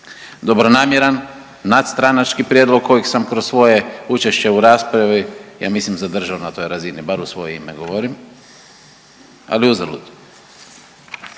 Dobronamjeran, nadstranački prijedlog kojeg sam kroz svoje učešće u raspravi ja mislim zadržao na toj razini, bar u svoje ime govorim, ali uzalud.